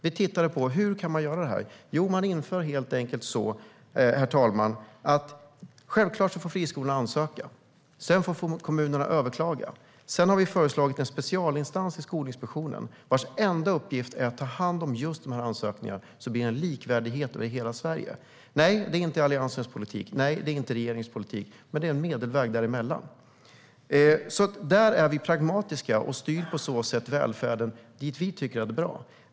Vi tittade på hur man kunde göra det här. Herr talman! Självklart får friskolorna ansöka, och sedan får kommunerna överklaga. Vi har också föreslagit en specialinstans i Skolinspektionen vars enda uppgift är att ta hand om just dessa ansökningar, så att det blir en likvärdighet över hela Sverige. Nej, det är inte Alliansens politik. Nej, det är inte regeringens politik. Men det är en medelväg däremellan. Vi är pragmatiska och styr på så sätt välfärden dit vi tycker att det är bra.